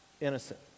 Innocent